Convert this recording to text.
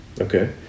okay